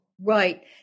Right